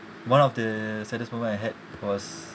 one of the saddest moment I had was